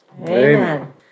Amen